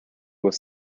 was